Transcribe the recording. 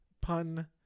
pun